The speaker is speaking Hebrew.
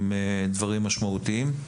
עם דברים משמעותיים.